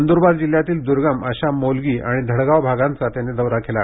नंदूरबार जिल्ह्यातील दूर्गम अशा मोलगी आणि धडगाव भागांचा त्यांनी दौरा केला